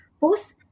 post